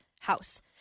house